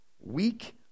weak